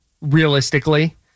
realistically